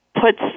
puts